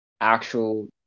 actual